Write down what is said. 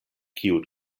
kiu